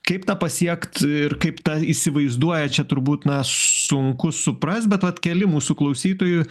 kaip tą pasiekt ir kaip tą įsivaizduoja čia turbūt na sunku suprast bet vat keli mūsų klausytojų